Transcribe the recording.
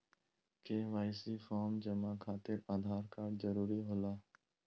KYC form जमा खातिर Aadhaar card जरूरी होला?